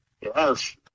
Yes